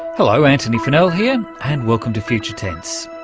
hello, antony funnell here, and welcome to future tense.